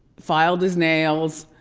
filed his nails,